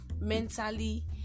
mentally